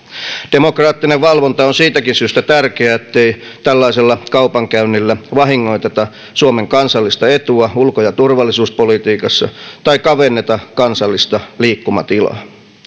demokraattinen valvonta on siitäkin syystä tärkeää ettei tällaisella kaupankäynnillä vahingoiteta suomen kansallista etua ulko ja turvallisuuspolitiikassa tai kavenneta kansallista liikkumatilaa